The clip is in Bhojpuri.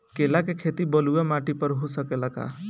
केला के खेती बलुआ माटी पर हो सकेला का?